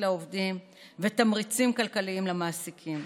לעובדים ותמריצים כלכליים למעסיקים.